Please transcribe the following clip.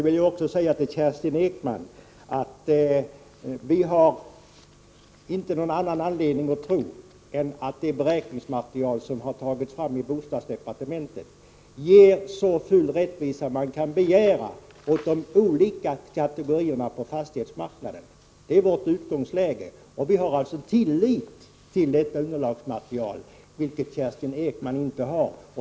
Till Kerstin Ekman vill jag säga att vi inte har någon anledning att tro annat än att det beräkningsmaterial som har tagits fram i bostadsdepartementet ger så full rättvisa som man kan begära åt de olika kategorierna på fastighetsmarknaden. Det är vårt utgångsläge. Vi hyser tillit till detta underlagsmaterial, vilket Kerstin Ekman inte gör.